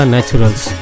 Naturals